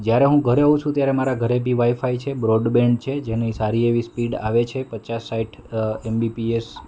જયારે હું ઘરે હોવ છું ત્યારે મારાં ઘરે બી વાઇફાઇ છે બ્રોડબેન્ડ છે જેની સારી એવી સ્પીડ આવે છે પચાસ સાઈઠ એમબીપીએસ